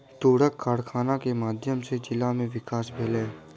तूरक कारखाना के माध्यम सॅ जिला में विकास भेलै